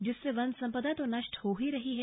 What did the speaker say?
जिससे वन संपदा तो नष्ट हो ही रही है